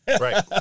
right